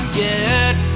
get